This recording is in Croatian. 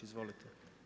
Izvolite.